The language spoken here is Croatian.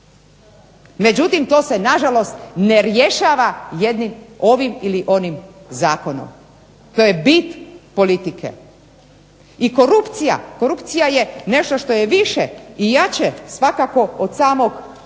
Međutim, to se na žalost ne rješava jednim ovim ili onim zakonom. To je bit politike. I korupcija je nešto što je više i jače svakako od samo sukoba